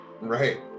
right